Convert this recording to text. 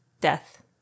death